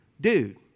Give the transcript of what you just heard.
dude